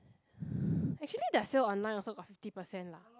actually their sale online also got fifty percent lah